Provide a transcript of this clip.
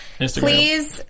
Please